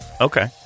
Okay